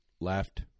left